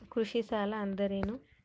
ಕೃಷಿ ಸಾಲ ಅಂದರೇನು?